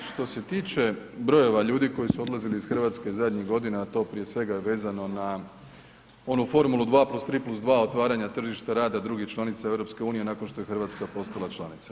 Što se tiče brojeva ljudi koji su odlazili iz Hrvatske zadnjih godina a to prije svega je vezano na onu formulu 2+3+2 otvaranja tržišta rada drugih članica EU-a nakon što je Hrvatska postala članica.